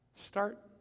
Start